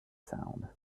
sound